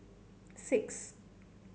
six